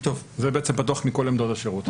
זה בעצם פתוח מכל עמדות השירות.